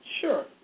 Sure